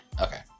Okay